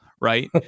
right